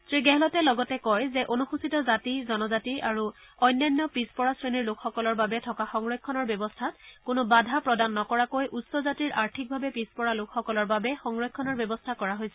শ্ৰীগেহলটে লগতে কয় যে অনুসূচীত জাতি জনজাতি আৰু অন্যান্য পিছপৰা লোকসকলৰ বাবে থকা সংৰক্ষণৰ ব্যৱস্থাত কোনো বাধা প্ৰদান নকৰাকৈ উচ্চ জাতিৰ আৰ্থিকভাৱে পিছপৰা লোকসকলৰ বাবে সংৰক্ষণৰ ব্যৱস্থা কৰা হৈছে